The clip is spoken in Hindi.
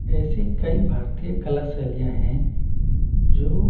ऐसी कई भारतीय कला शैलियाँ हैं जो